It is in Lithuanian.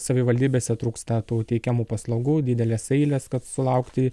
savivaldybėse trūksta tų teikiamų paslaugų didelės eilės kad sulaukti